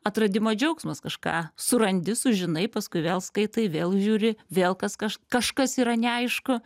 atradimo džiaugsmas kažką surandi sužinai paskui vėl skaitai vėl žiūri vėl kas kaž kažkas yra neaišku